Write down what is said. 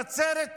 נצרת,